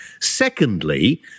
Secondly